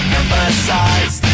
emphasize